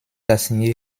assigné